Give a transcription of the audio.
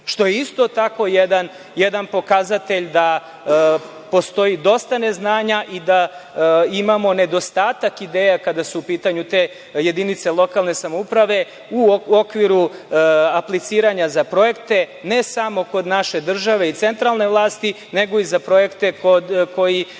što je isto tako jedan pokazatelj da postoji dosta neznanja i da imamo nedostatak ideja, kada su u pitanju te jedinice lokalne samouprave, u okviru apliciranja za projekte, ne samo kod naše države i centralne vlasti, nego i za projekte kod